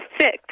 six